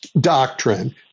doctrine